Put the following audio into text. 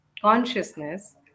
consciousness